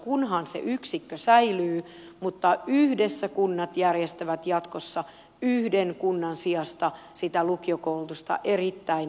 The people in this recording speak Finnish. kunhan se yksikkö säilyy yhdessä kunnat järjestävät jatkossa yhden kunnan sijasta sitä lukiokoulutusta erittäin vähäväkisillä alueilla